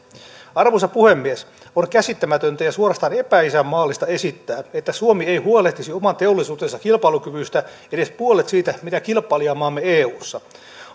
arvoisa puhemies on käsittämätöntä ja suorastaan epäisänmaallista esittää että suomi ei huolehtisi oman teollisuutensa kilpailukyvystä edes puolet siitä mitä kilpailijamaamme eussa